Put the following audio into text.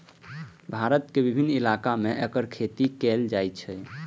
भारत के विभिन्न इलाका मे एकर खेती कैल जाइ छै